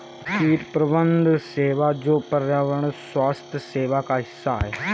कीट प्रबंधन सेवा जो पर्यावरण स्वास्थ्य सेवा का हिस्सा है